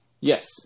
yes